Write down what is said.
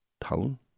town